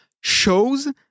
shows